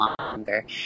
longer